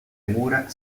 mura